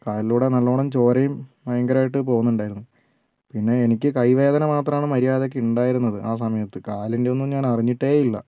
കാലിലൂടെ നല്ലോണം ചോരയും ഭയങ്കരമായിട്ട് പോവുന്നുണ്ടായിരുന്നു പിന്നെ എനിക്ക് കൈവേദന മാത്രമാണ് മര്യാദയ്ക്ക് ഉണ്ടായിരുന്നത് ആ സമയത്ത് കാലിന്റെ ഒന്നും ഞാൻ അറിഞ്ഞിട്ടേ ഇല്ല